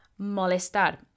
Molestar